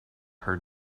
heard